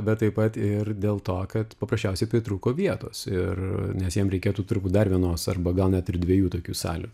bet taip pat ir dėl to kad paprasčiausiai pritrūko vietos ir nes jiem reikėtų turbūt dar vienos arba gal net ir dviejų tokių salių